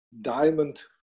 diamond